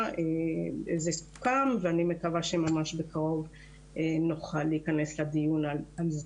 זה סוכם ואני מקווה שממש בקרוב נוכל להיכנס לדיון הזה.